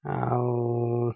ଆଉ